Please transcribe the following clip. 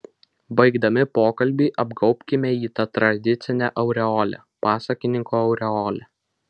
baigdami pokalbį apgaubkime jį ta tradicine aureole pasakininko aureole